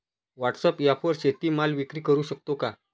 व्हॉटसॲपवर शेती माल विक्री करु शकतो का?